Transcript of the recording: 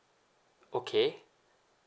okay